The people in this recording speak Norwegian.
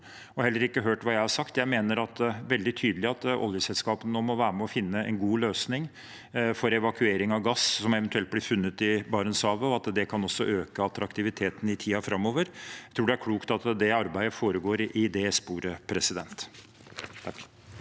og heller ikke hørt hva jeg har sagt. Jeg mener veldig tydelig at oljeselskapene nå må være med og finne en god løsning for evakuering av gass som eventuelt blir funnet i Barentshavet, og at det også kan øke attraktiviteten i tiden framover. Jeg tror det er klokt at det arbeidet foregår i det sporet. Presidenten